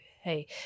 Hey